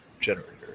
generator